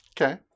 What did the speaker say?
Okay